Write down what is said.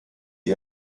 die